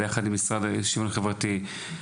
עם המשרד לשוויון חברתי,